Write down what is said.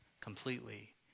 completely